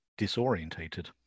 disorientated